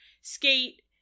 skate